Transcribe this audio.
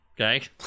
okay